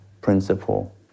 principle